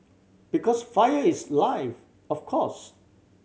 because fire is life of course